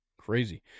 Crazy